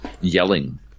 Yelling